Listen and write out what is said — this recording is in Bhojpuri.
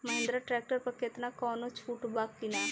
महिंद्रा ट्रैक्टर पर केतना कौनो छूट बा कि ना?